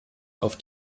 auf